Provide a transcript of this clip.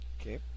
Okay